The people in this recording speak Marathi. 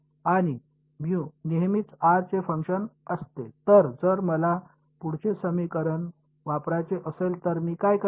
आता जर मला पुढचे समीकरण वापरायचे असेल तर मी काय करावे